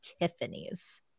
Tiffany's